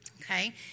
Okay